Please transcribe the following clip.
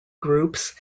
groups